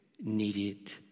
needed